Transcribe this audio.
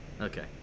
Okay